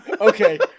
okay